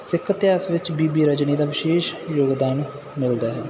ਸਿੱਖ ਇਤਿਹਾਸ ਵਿੱਚ ਬੀਬੀ ਰਜਨੀ ਦਾ ਵਿਸ਼ੇਸ਼ ਯੋਗਦਾਨ ਮਿਲਦਾ ਹੈ